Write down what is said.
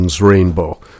rainbow